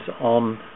on